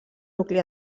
nucli